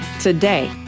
Today